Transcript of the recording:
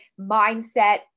mindset